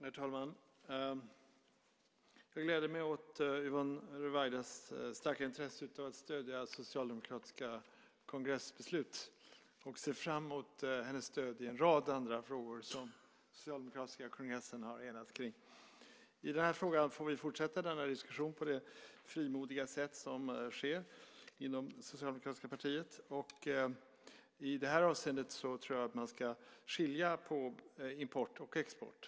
Herr talman! Jag gläder mig åt Yvonne Ruwaidas starka intresse av att stödja socialdemokratiska kongressbeslut, och jag ser fram emot hennes stöd i en rad andra frågor som den socialdemokratiska kongressen har enats om. I den här frågan får vi fortsätta denna diskussion på det frimodiga sätt som sker inom det socialdemokratiska partiet. I detta avseende tror jag att man ska skilja på import och export.